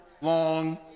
long